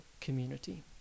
community